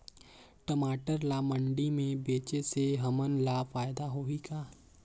टमाटर ला मंडी मे बेचे से हमन ला फायदा होही का?